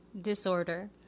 Disorder